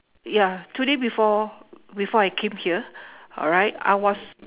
ya today before before I came here alright I was